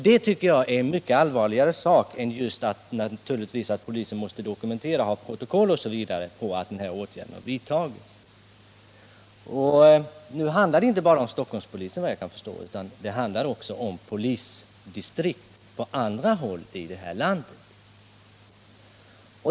Detta är en mycket allvarligare sak än att polisen dokumenterar och protokollför att en åtgärd har vidtagits. Det handlar enligt vad jag kan förstå inte bara om Stockholmspolisen utan också om polisdistrikt på andra håll i vårt land.